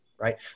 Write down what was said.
right